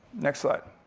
next slide.